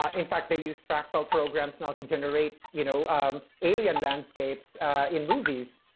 ah in fact, they use fractal programs now to generate you know um alien landscapes in movies.